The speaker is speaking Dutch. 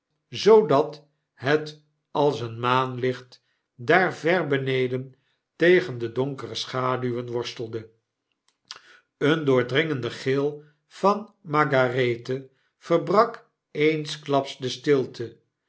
zoodat het als een maanlicht daar ver beneden tegen de donkere schaduwen worstelde een doordringende gil van margarethe verbrak eensklaps de stilte